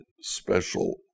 special